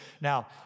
now